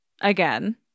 again